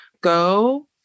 Go